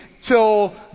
till